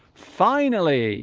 finally